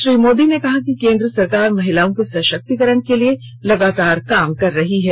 श्री मोदी ने कहा कि केन्द्र सरकार महिलाओं के सशक्तिकरण के लिए लगातार काम कर रही है